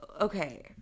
okay